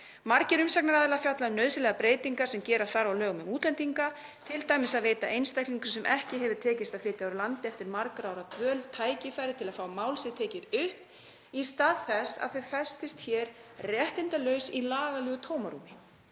Margir umsagnaraðilar fjalla um nauðsynlegar breytingar sem gera þarf á lögum um útlendinga, t.d. að veita einstaklingum sem ekki hefur tekist að flytja úr landi eftir margra ára dvöl tækifæri til að fá mál sitt tekið upp í stað þess að þau festist hér réttindalaus í lagalegu tómarúmi.